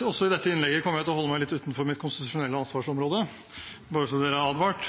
Også i dette innlegget kommer jeg til å holde meg litt utenfor mitt konstitusjonelle ansvarsområde, bare så dere er advart!